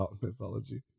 mythology